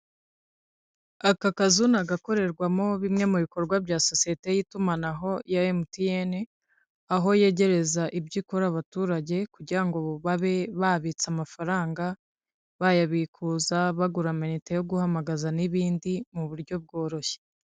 Aka kazu ni gakorerwamo bimwe mu bikorwa bya sosiyete y'itumanaho ya MTN aho yegereza ibyo ikora abaturage, kugira ngo babe babitsa amafaranga, bayabikuza bagura amayinite yo guhamagaza n'ibindi, mu buryo bworoshye.